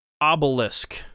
obelisk